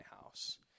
house